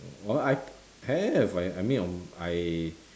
orh I thou~ have like I mean on I